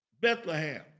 Bethlehem